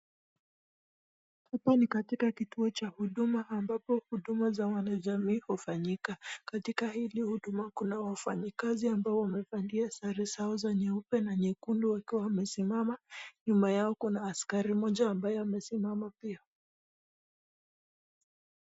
Hapa ni katika kituo cha huduma ambapo huduma za wanajamii hufanyika. Katika hili Huduma kuna wafanyikazi ambao wamevalia sare zao za nyeupe na nyekundu wakiwa wamesimama. Nyuma yao kuna askari mmoja akiwa amesimama pia.